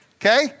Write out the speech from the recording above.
okay